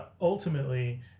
ultimately